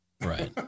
right